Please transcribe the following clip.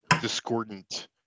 discordant